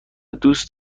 دوست